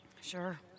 Sure